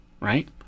right